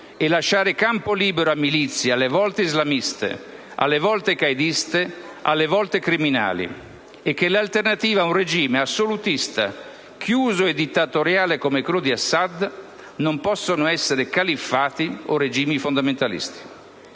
e lasciare campo libero a milizie alle volte islamiste, alle volte qaediste, alle volte criminali e che l'alternativa ad un regime assolutista, chiuso e dittatoriale come quello di Assad non possono essere califfati o regimi fondamentalisti.